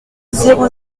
zéro